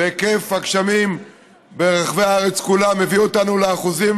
והיקף הגשמים ברחבי הארץ כולה הביא אותנו לאחוזים